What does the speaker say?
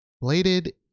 Bladed